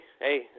hey